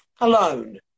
alone